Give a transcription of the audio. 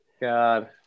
God